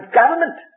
government